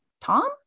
Tom